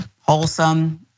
wholesome